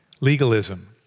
legalism